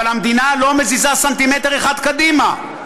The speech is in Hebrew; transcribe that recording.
אבל המדינה לא מזיזה סנטימטר אחד קדימה,